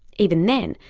even then,